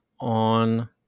on